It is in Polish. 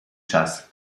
czas